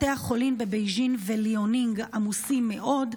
בתי החולים בבייג'ין וליאונינג עמוסים מאוד,